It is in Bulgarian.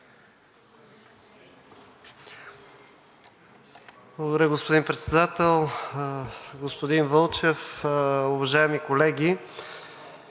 Благодаря, господин Председател. Господин Вълчев, уважаеми колеги!